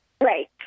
Right